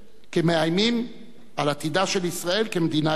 כמאיימים על עתידה של ישראל כמדינה יהודית.